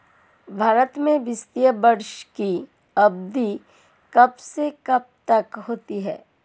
भारत में वित्तीय वर्ष की अवधि कब से कब तक होती है?